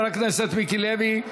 תודה לחבר הכנסת מיקי לוי.